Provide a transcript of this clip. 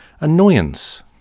annoyance